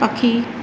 पखी